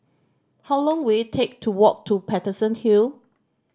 how long will it take to walk to Paterson Hill